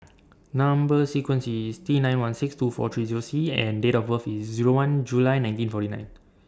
Number sequence IS T nine one six two four three Zero C and Date of birth IS Zero one July nineteen forty nine